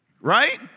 right